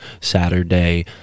saturday